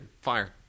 fire